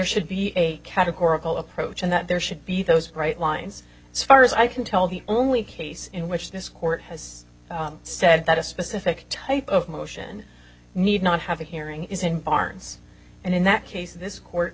should be a categorical approach and that there should be those right lines as far as i can tell the only case in which this court has said that a specific type of motion need not have a hearing is in barns and in that case this court